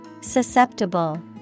Susceptible